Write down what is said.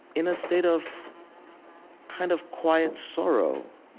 in a state of kind of quiet sorrow